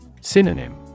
Synonym